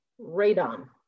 radon